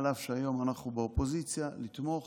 אף שהיום אנחנו באופוזיציה, לתמוך